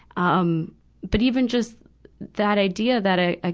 um but even just that idea, that a ah